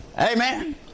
Amen